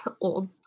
old